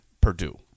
Purdue